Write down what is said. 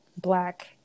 black